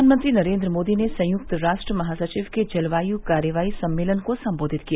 प्रधानमंत्री नरेंद्र मोदी ने संयुक्त राष्ट्र महासचिव के जलवायु कार्रवाई सम्मेलन को संबोधित किया